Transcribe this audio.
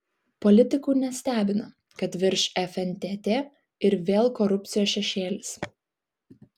politikų nestebina kad virš fntt ir vėl korupcijos šešėlis